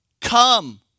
come